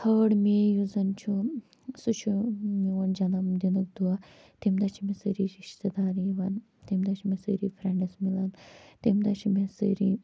تھٲڈ میے یُس زَنہٕ چھُ سُہ چھُ میون جَنَم دِنُک دۄہ تٔمۍ دۄہ چھِ مےٚ سٲری رِشتہٕ دار یِوان تٔمۍ دۄہ چھِ مےٚ سٲرِی فریٚنڈٕس مِلان تٔمۍ دۄہ چھِ مےٚ سٲری